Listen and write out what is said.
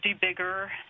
bigger